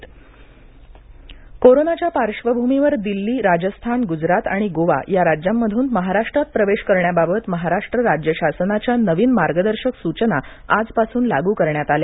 महा covid सूचना कोरोनाच्या पार्श्वभूमीवर दिल्ली राजस्थान गुजराथ आणि गोवा या राज्यांतून महाराष्ट्रात प्रवेश करण्याबाबत महाराष्ट्र राज्य शासनाच्या नवीन मार्गदर्शक सूचना आजपासून लागू करण्यात आल्या